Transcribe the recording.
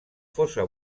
fosa